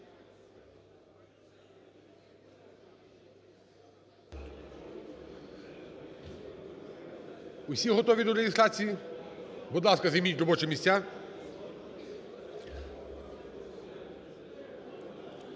Всі готові до реєстрації? Будь ласка, займіть робочі місця.